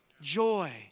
joy